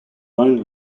lone